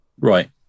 Right